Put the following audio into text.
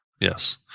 Yes